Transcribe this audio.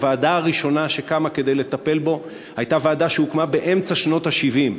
הוועדה הראשונה שקמה כדי לטפל בו הייתה ועדה שהוקמה באמצע שנות ה-70.